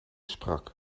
sprak